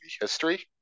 history